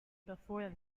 before